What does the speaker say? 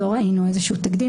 לא ראינו איזשהו תקים.